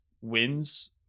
wins